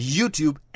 YouTube